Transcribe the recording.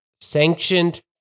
sanctioned